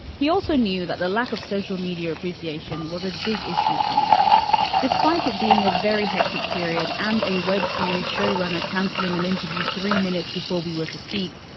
he also knew that the lack of social media appreciation was a big issue for me despite it being a very hectic period and a website showrunner canceling an interview three minutes before we were to speak.